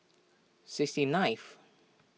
sixty ninth